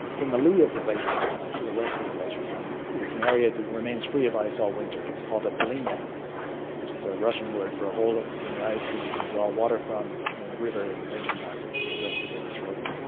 in the lee of the glacier tongue, to the west of the glacier tongue, is an area that remains free of ice or winter, it's called a polynya which is a russian word for a hole in the ice that you can draw water from in a river in the wintertime and the rest of the river is frozen.